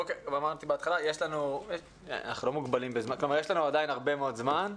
אמרתי בהתחלה, יש לנו עדיין הרבה מאוד זמן.